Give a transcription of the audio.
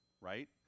right